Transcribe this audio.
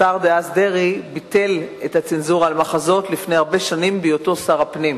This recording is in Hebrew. השר דאז דרעי ביטל את הצנזורה על מחזות לפני הרבה שנים בהיותו שר הפנים.